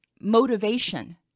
motivation